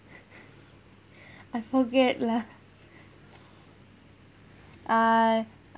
I forget lah uh